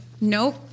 Nope